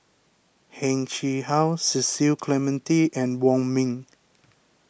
Heng Chee How Cecil Clementi and Wong Ming